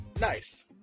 Nice